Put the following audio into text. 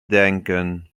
denken